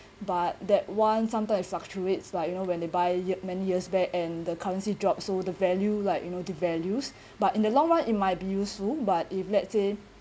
but that one sometime it fluctuates like you know when they buy ma~ many years back and the currency dropped so the value like you know devalues but in the long run it might be useful but if let's say